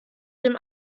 dem